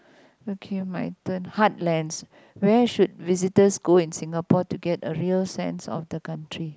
okay my turn heartlands where should visitors go in Singapore to get a real sense of the country